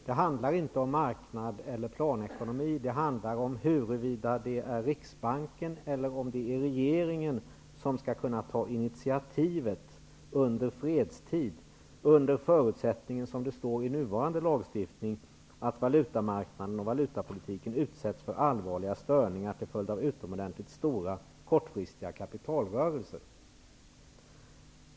Det handlar inte om marknads eller planekonomi, utan det handlar om huruvida det är Riksbanken eller regeringen som skall kunna ta initiativet under fredstid, under förutsättningen, som det står i nuvarande lagstiftning, att valutamarknaden och valutapolitiken utsätts för allvarliga störningar till följd av utomordentligt stora kortfristiga kapitalrörelser.